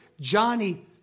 Johnny